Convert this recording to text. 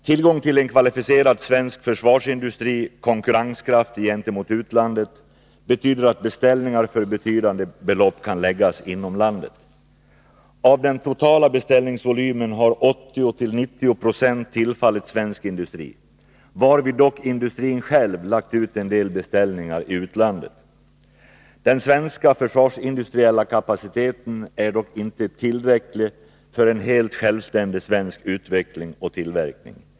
Tillgång till en kvalificerad svensk försvarsindustri, som är konkurrenskraftig gentemot utlandet, betyder att beställningar för betydande belopp kan läggas inom landet. Av den totala beställningsvolymen har 80-90 96 tillfallit svensk industri varvid dock industrin själv lagt ut en del beställningar i utlandet. Den svenska försvarsindustriella kapaciteten är dock inte tillräcklig för en helt självständig svensk utveckling och tillverkning.